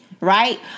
Right